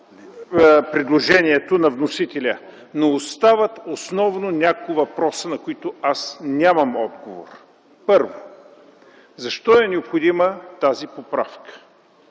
предложението на вносителя, но остават основно някои въпроси, на които аз нямам отговор. Първо, защо е необходима тази поправка?